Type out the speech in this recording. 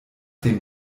dem